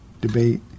debate